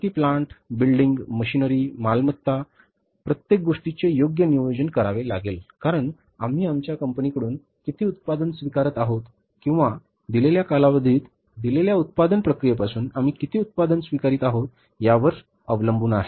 किती plant building machinery मालमत्ता निश्चित करणे प्रत्येक गोष्टीचे योग्य नियोजन करावे लागेल कारण आम्ही आमच्या कंपनीकडून किती उत्पादन स्वीकारत आहोत किंवा दिलेल्या कालावधीत दिलेल्या उत्पादन प्रक्रियेपासून आम्ही किती उत्पादन स्वीकारत आहोत यावर अवलंबून आहे